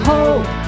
Hope